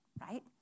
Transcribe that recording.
right